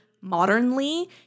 modernly